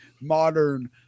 modern